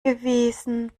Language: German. gewesen